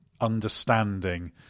understanding